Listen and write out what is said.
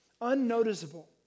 unnoticeable